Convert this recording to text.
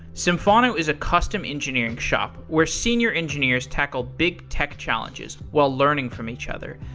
symphono is a custom engineering shop where senior engineers tackle big tech challenges while learning from each other.